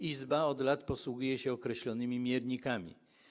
Izba od lat posługuje się określonymi miernikami.